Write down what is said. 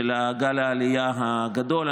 עם גל העלייה הגדול.